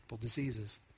diseases